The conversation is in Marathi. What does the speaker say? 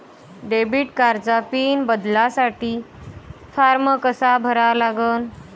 डेबिट कार्डचा पिन बदलासाठी फारम कसा भरा लागन?